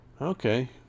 Okay